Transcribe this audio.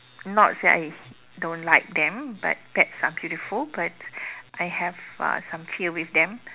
not say I don't like them but pets are beautiful but I have uh some fear with them